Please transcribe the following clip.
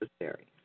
necessary